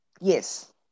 Yes